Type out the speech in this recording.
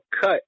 cut